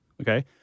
okay